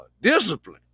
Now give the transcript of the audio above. discipline